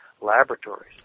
laboratories